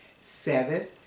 Seven